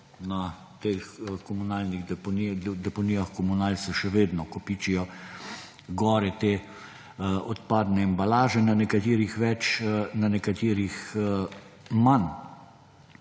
na teh komunalnih deponijah se še vedno kopičijo gore te odpadne embalaže, na nekaterih več na nekaterih manj.